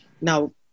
Now